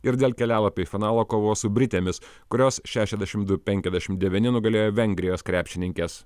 ir dėl kelialapio į finalą kovos su britėmis kurios šešiasdešim du penkiasdešim devyni nugalėjo vengrijos krepšininkes